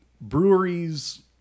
breweries